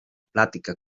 plática